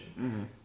-hmm